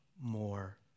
more